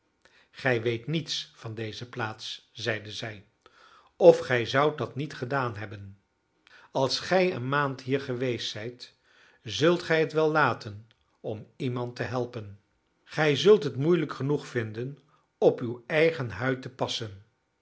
gij weet niets van deze plaats zeide zij of gij zoudt dat niet gedaan hebben als gij een maand hier geweest zijt zult gij het wel laten om iemand te helpen gij zult het moeilijk genoeg vinden op uw eigen huid te passen